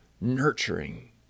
nurturing